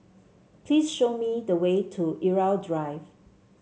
please show me the way to Irau Drive